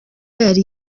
yari